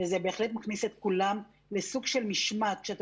וזה בהחלט מכניס את כולם לסוג של משמעת כשאתה